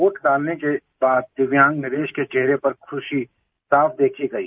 vote डालने के बाद दिव्यांग नरेश के चेहरे पर खुशी साफ देखी गई